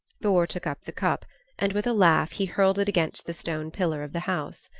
thor took up the cup and with a laugh he hurled it against the stone pillar of the house.